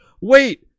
wait